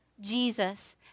Jesus